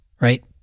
right